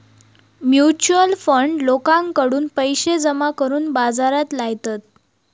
mutual fund लोकांकडून पैशे जमा करून बाजारात लायतत